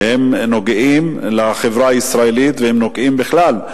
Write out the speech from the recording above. שנוגעות לחברה הישראלית והן נוגעות בכלל.